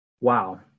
Wow